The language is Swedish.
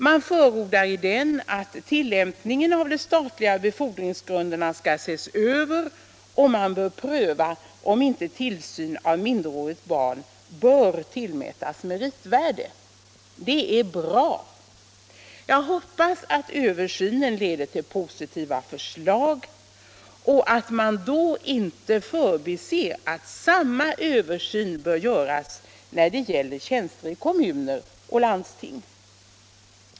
Man förordar i den att tillämpningen av de statliga befordringsgrunderna skall ses över och att man bör pröva om inte tillsyn av minderårigt barn bör tillmätas meritvärde. Det är bra. Jag hoppas att översynen leder till positiva förslag och att man då inte förbiser att samma sak bör göras när det gäller tjänster i kommuner och landsting.